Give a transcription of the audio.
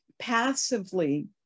Passively